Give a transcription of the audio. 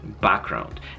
background